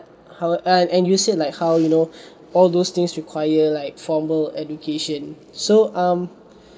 how and and you said like how you know all those things require like formal education so um